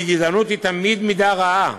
כי גזענות היא תמיד מידה רעה,